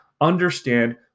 understand